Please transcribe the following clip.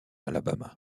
alabama